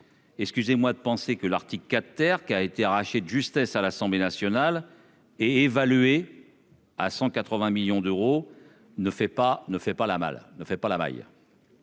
pardonnerez de penser que l'article 4, arraché de justesse à l'Assemblée nationale et évalué à 180 millions d'euros, ne fait pas la maille.